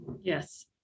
Yes